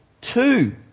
two